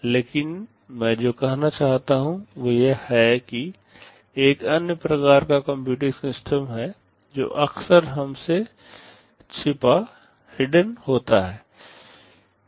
लेकिन मैं जो कहना चाहता हूं वह यह है कि एक अन्य प्रकार का कंप्यूटिंग सिस्टम है जो अक्सर हमसे छिपाहिडन होता है